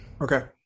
Okay